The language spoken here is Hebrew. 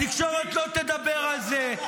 התקשורת לא תדבר על זה.